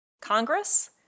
Congress